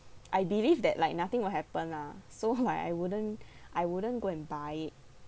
I believe that like nothing will happen lah so like I wouldn't I wouldn't go and buy it